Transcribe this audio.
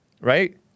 right